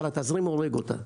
אבל התזרים הורג אותה.